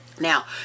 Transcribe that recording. Now